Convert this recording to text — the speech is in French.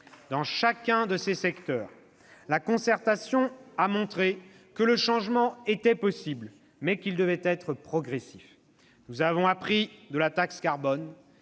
Dans chacun de ces secteurs, la concertation a montré que le changement était possible, mais qu'il devait être progressif. Nous avons appris de la taxe carbone,